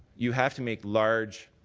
you have to make large,